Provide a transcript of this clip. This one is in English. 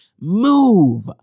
move